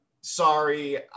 sorry